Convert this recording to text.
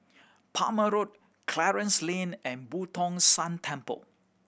Palmer Road Clarence Lane and Boo Tong San Temple